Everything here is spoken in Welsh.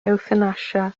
ewthanasia